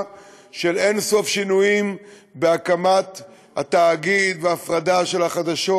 של אין-סוף שינויים בהקמת התאגיד וההפרדה של החדשות.